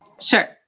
Sure